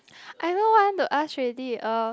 I know what I want to ask already uh